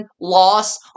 loss